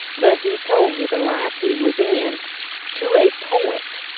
but he told me the life he was in to a point